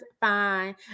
fine